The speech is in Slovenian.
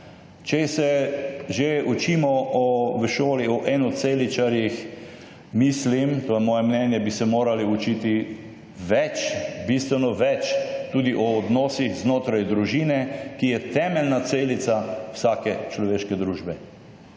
če se že učimo v šoli o enoceličarjih, mislim, to je moje mnenje, bi se morali učiti več, bistveno več, tudi o odnosih znotraj družine, ki je temeljna celica vsake človeške družbe.